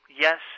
yes